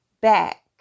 back